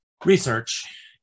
research